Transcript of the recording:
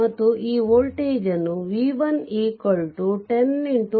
ಮತ್ತು ಈ voltage v1 10 x i2